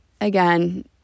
again